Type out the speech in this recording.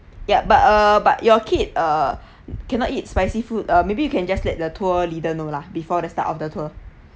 ya but uh but your kid err cannot eat spicy food ah maybe you can just let the tour leader know lah before the start of the tour